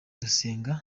ndasenga